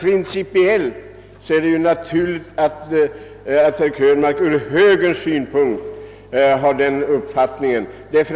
Principiellt är det naturligt att herr Krönmark som högerman har denna uppfattning.